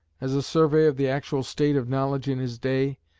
as a survey of the actual state of knowledge in his day,